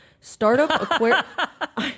Startup